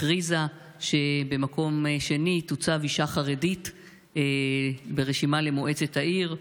הכריזה שבמקום השני תוצב אישה חרדית ברשימה למועצת העיר.